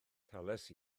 talais